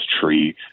tree